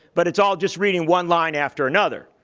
but it's all just reading one line after another.